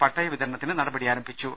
പട്ടയവിതരണത്തിന് നടപടി ആരംഭിച്ചു